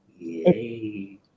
Yay